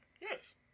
Yes